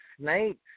snakes